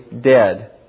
dead